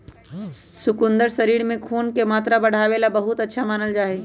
शकुन्दर शरीर में खून के मात्रा बढ़ावे ला बहुत अच्छा मानल जाहई